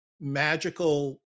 magical